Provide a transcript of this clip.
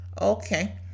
Okay